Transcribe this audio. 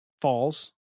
falls